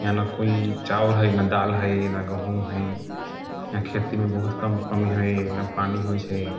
यहाँ ने कोइ चाउर हय ने दालि हय ने गहुँम हय यहाँ खेती भी बहुत कम कमी हय ने पानि होइ छै